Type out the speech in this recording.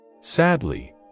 Sadly